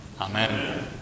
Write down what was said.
Amen